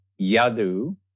Yadu